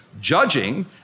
judging